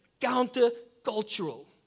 counter-cultural